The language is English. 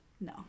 no